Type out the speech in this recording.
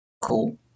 Cool